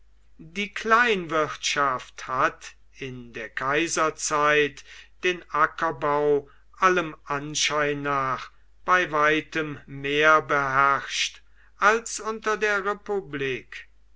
die kleinwirtschaft hat in der kaiserzeit den ackerbau allem anschein nach bei weitem mehr beherrscht als unter der republik